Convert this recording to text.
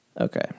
okay